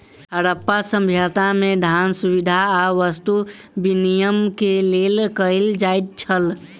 हरप्पा सभ्यता में, धान, सुविधा आ वस्तु विनिमय के लेल कयल जाइत छल